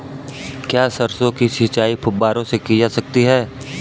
क्या सरसों की सिंचाई फुब्बारों से की जा सकती है?